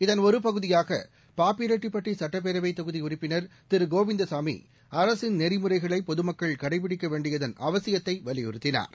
இதன் ஒருபகுதியாக பாப்பிரெட்டிப்பட்டி சுட்டப்பேரவை தொகுதி உறுப்பினர் திரு கோவிந்தசாமி அரசின் நெறிமுறைகளை பொதுமக்கள் கடைப்பிடிக்க வேண்டியதன் அவசியத்தை வலியுறுத்தினா்